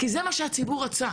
כי זה מה שהציבור רצה.